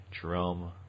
jerome